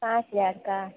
पाँच हज़ार का